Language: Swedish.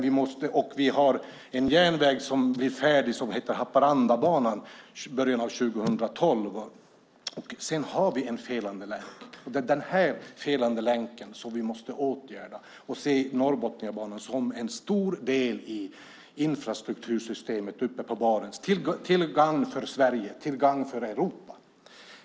Vi har en järnväg som heter Haparandabanan som blir färdig i början av 2012, och sedan har vi en felande länk. Det är den felande länken som vi måste åtgärda, och vi måste se Norrbotniabanan som en stor del i infrastruktursystemet uppe i Barentsområdet till gagn för Sverige och till gagn för Europa.